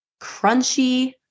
crunchy